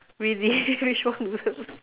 really which one